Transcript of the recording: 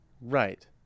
right